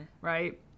Right